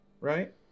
right